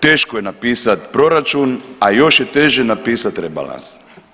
Teško je napisat proračun, a još je teže napisati rebalans.